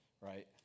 right